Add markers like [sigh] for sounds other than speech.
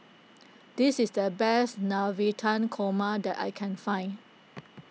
[noise] this is the best Navratan Korma that I can find